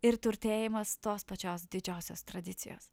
ir turtėjimas tos pačios didžiosios tradicijos